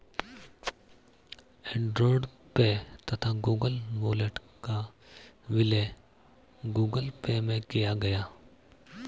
Android pay तथा Google wallet का विलय गूगल पे में किया गया